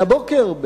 והבוקר,